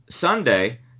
Sunday